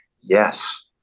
yes